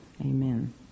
Amen